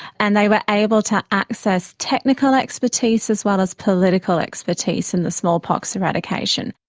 and they were able to access technical expertise as well as political expertise in the smallpox eradication.